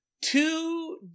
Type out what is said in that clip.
Two